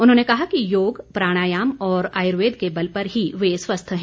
उन्होंने कहा कि योग प्राणायाम और आयुर्वेद के बल पर ही वे स्वस्थ हैं